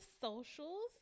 socials